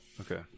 Okay